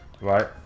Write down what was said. Right